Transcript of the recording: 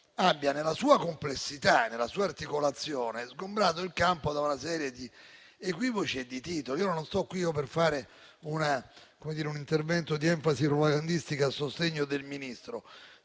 nella sua complessità e articolazione, abbia sgombrato il campo da una serie di equivoci e di titoli. Non sono qui per fare un intervento di enfasi propagandistica, a sostegno del Ministro.